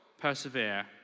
persevere